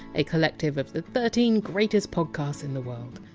a collective of the thirteen greatest podcasts in the world.